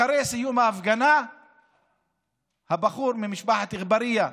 אחרי סיום ההפגנה הבחור ממשפחת אגברייה,